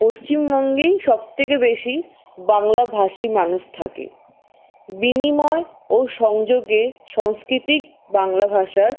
পশ্চিমবঙ্গেই সবথেকে বেশি বাংলাভাষী মানুষ থাকে বিনিময় ও সংযোগে সংস্কৃতিক বাংলা ভাষার